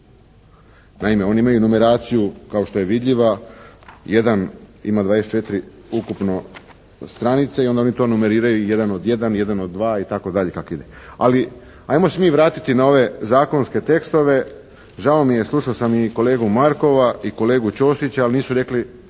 Naime oni imaju numeraciju kao što je vidljiva, jedan, ima 24 ukupno stranica i onda oni to numeriraju 1/1, 1/2 itd. kako ide. Ali ajmo se mi vratiti na ove zakonske tekstove. Žao mi je, slušao sam i kolegu Markova i kolegu Ćosića, ali nisu rekli